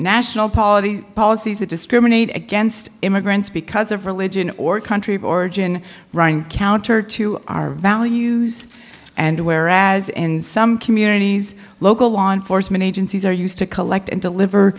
national policies policies that discriminate against immigrants because of religion or country of origin running counter to our values and whereas in some communities local law enforcement agencies are used to collect and deliver